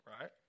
right